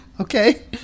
Okay